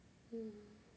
mm